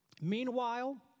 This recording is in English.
Meanwhile